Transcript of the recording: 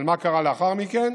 אבל מה קרה לאחר מכן?